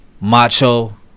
macho